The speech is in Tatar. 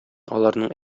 аларның